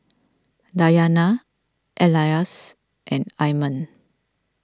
Dayana Elyas and Iman